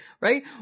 right